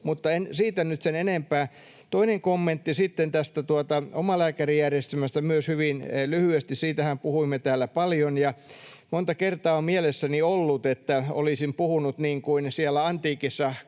Mutta en siitä nyt sen enempää. Toinen kommentti sitten tästä omalääkärijärjestelmästä, myös hyvin lyhyesti: Siitähän puhuimme täällä paljon, ja monta kertaa on mielessäni ollut, että olisin puhunut niin kuin siellä antiikissa